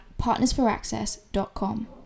partnersforaccess.com